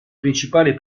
principali